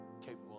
capable